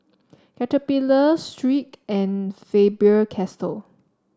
Caterpillar Schick and Faber Castell